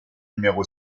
numéro